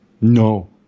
No